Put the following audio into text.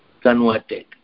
converted